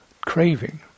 craving